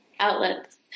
outlets